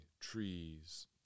trees